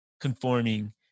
conforming